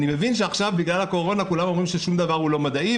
אני מבין שעכשיו בגלל הקורונה כולם אומרים ששום דבר הוא לא מדעי.